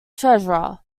treasurer